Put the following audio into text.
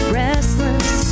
restless